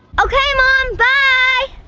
okay mom. bye!